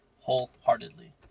wholeheartedly